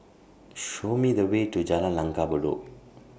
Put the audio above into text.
Show Me The Way to Jalan Langgar Bedok